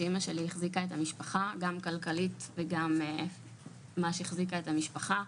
שאימא שלי החזיקה את המשפחה גם כלכלית וגם ממש החזיקה את המשפחה,